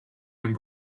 and